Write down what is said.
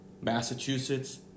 Massachusetts